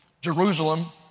Jerusalem